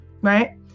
Right